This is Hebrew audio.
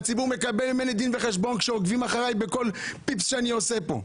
והציבור מקבל ממני דין וחשבון כשעוקבים אחרי כול "פיפס" שאני עושה פה.